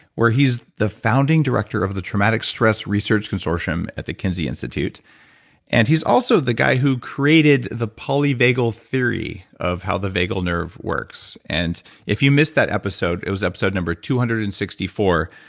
where he's the founding director of the traumatic stress research consortium at the kinsey institute and he's also the guy who created the polyvagal theory of how the vagal nerve works. and if you missed that episode, it was episode number two hundred and sixty four.